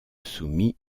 soumis